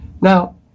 Now